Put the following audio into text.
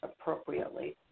appropriately